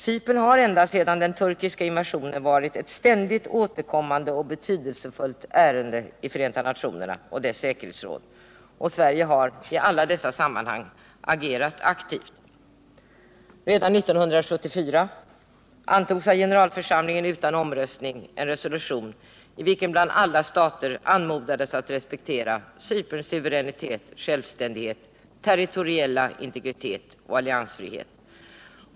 Cypern har ända sedan den turkiska invasionen varit ett ständigt återkommande och betydelsefullt ärende i Förenta nationerna och dess säkerhetsråd, och Sverige har i dessa sammanhang agerat aktivt. Redan 1974 antog generalförsamlingen utan omröstning en resolution, i vilken bl.a. alla stater anmodades att respektera Cyperns suveränitet, självständighet, territoriella integritet och alliansfrihet.